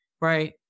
right